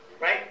Right